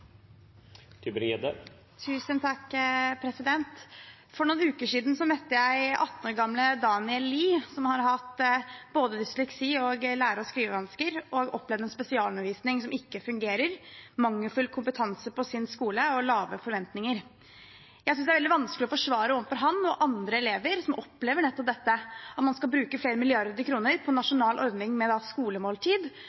For noen uker siden møtte jeg 18 år gamle Daniel Lie, som har hatt både dysleksi og lære- og skrivevansker og opplevd en spesialundervisning som ikke fungerer, mangelfull kompetanse på skolen sin og lave forventninger. Jeg synes det er veldig vanskelig å forsvare overfor ham og andre elever som opplever nettopp dette, at man skal bruke flere milliarder kroner på